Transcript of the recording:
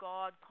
God